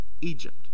Egypt